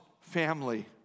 family